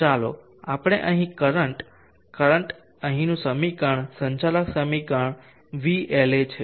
ચાલો આપણે અહીં કરંટ કરંટ અહીંનું સમીકરણ સંચાલક સમીકરણ Vla છે